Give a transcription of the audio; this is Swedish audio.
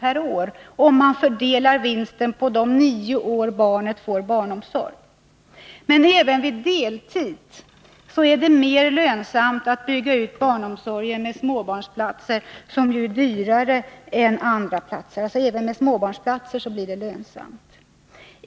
per år om man fördelar vinsten på de nio år barnet får barnomsorg. Men även vid deltidsarbete är det lönsamt att bygga ut barnomsorgen — även med småbarnsplatser, som ju är dyrare än andra platser.